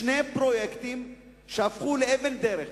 שני פרויקטים שהפכו לאבן דרך,